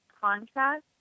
contrast